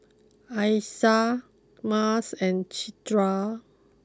Aisyah Mas and Citra